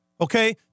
okay